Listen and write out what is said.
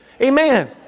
Amen